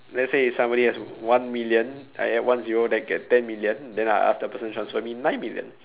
let's say if somebody has one million I add one zero then get ten million then I ask the person transfer me nine million